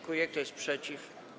Kto jest przeciw?